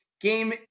Game